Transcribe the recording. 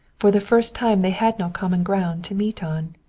for the first time they had no common ground to meet on.